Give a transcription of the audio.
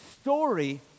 story